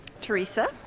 Teresa